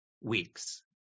weeks